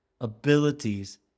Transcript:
abilities